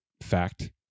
fact